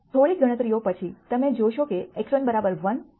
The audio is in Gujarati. થોડીક ગણતરીઓ પછી તમે જોશો કે x1 1 x2 2